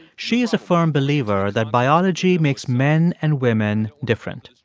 she is a firm believer that biology makes men and women different.